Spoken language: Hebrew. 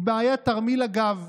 היא "בעיית תרמיל הגב".